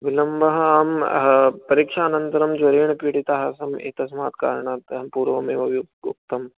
विलम्बः अहं परीक्षानन्तरं ज्वरेण पीडितः आसम् एतस्मात् कारणात् पूर्वमेव वि उक्तं